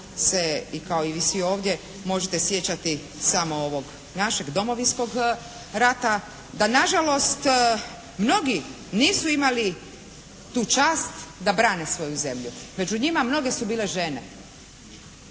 se i kao i vi svi ovdje možete sjećati samo ovog našeg Domovinskog rata da nažalost mnogi nisu imali tu čast da brane svoju zemlju. Među njima mnoge su bile žene.